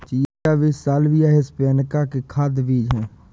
chia बीज Salvia hispanica के खाद्य बीज हैं